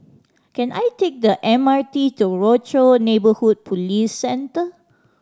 can I take the M R T to Rochor Neighborhood Police Centre